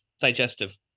digestive